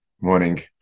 morning